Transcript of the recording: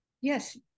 yes